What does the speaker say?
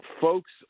folks